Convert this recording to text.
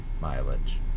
mileage